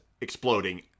exploding